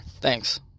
Thanks